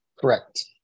Correct